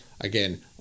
again